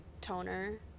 toner